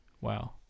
wow